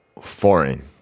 foreign